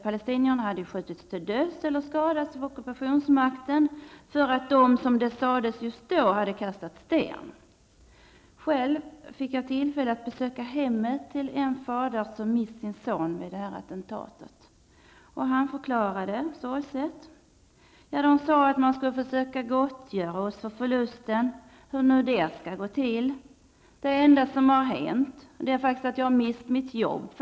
Palestinier hade skjutits till döds eller skadats av ockupationsmakten för att de, som det sades just då, hade kastat sten. Själv fick jag tillfälle att besöka en fader i dennes hem som hade mist sin son vid attentatet. Han förklarade sorgset: De sade att man skulle försöka gottgöra oss för förlusten -- hur nu det skall gå till. Det enda som har hänt är faktiskt att jag mist mitt jobb.